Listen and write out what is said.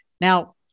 Now